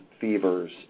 fevers